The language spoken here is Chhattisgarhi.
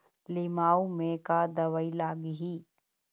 लिमाऊ मे का दवई लागिही?